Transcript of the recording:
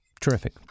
Terrific